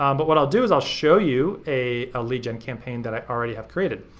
um but what i'll do is i'll show you a ah lead gen campaign that i already have created.